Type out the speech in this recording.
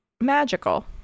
magical